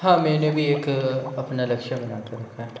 हाँ मैने भी एक अपना लक्ष्य बना के रखा है